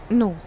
no